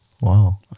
Wow